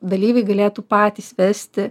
dalyviai galėtų patys vesti